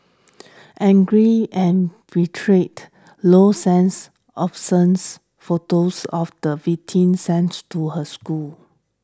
angry and betrayed low sense absence photos of the victim sends to her school